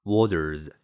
Waters